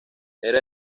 era